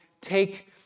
take